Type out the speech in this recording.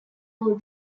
all